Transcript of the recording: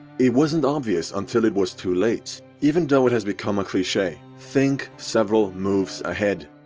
it wasn't obvious until it was too late. even though it has become a cliche think several moves ahead.